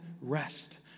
rest